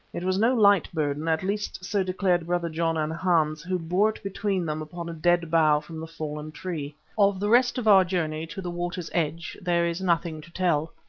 it was no light burden, at least so declared brother john and hans, who bore it between them upon a dead bough from the fallen tree. of the rest of our journey to the water's edge there is nothing to tell,